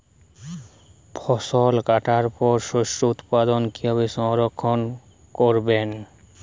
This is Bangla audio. ফসল কাটার পর শস্য উৎপাদন কিভাবে সংরক্ষণ করবেন?